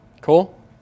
Cool